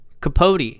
capote